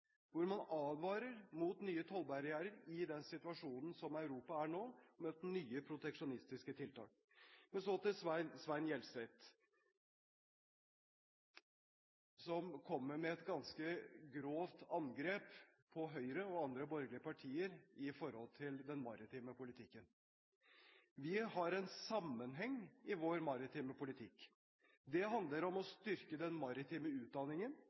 hvor man nettopp advarer mot nye tollbarrierer i den situasjonen som Europa er i nå, og mot nye proteksjonistiske tiltak. Så til Svein Gjelseth, som kommer med et ganske grovt angrep på Høyre og andre borgerlige partier med hensyn til den maritime politikken. Vi har en sammenheng i vår maritime politikk. Det handler om å styrke den maritime utdanningen,